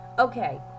Okay